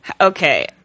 Okay